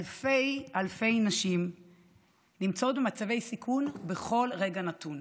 אלפי אלפי נשים נמצאות במצבי סיכון בכל רגע נתון.